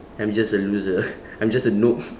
I'm just a loser I'm just a noob